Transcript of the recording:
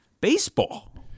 baseball